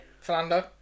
Fernando